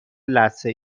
لثه